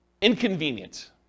inconvenient